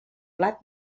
plat